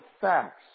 facts